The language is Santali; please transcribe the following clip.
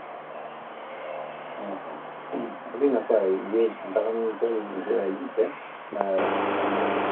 ᱟᱹᱰᱤ ᱱᱟᱯᱟᱭ ᱤᱭᱟᱹ ᱫᱟᱬᱟᱱ ᱯᱮ ᱦᱤᱡᱩᱜᱼᱟ ᱦᱤᱡᱩᱜ ᱯᱮ ᱥᱟᱱᱟᱢ ᱦᱚᱲ ᱜᱮ